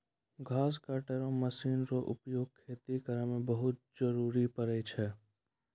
घास कटै रो मशीन रो उपयोग खेती करै मे बहुत जरुरी पड़ै छै